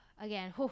again